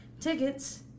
Tickets